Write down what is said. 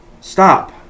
stop